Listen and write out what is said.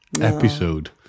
episode